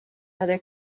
other